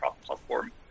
platform